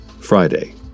Friday